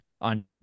On